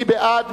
מי בעד?